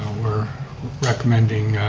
we're recommending